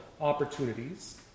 opportunities